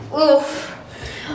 Oof